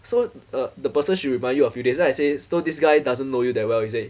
so uh the person should remind you a few days then I say so this guy doesn't know you that well is it